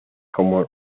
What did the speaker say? como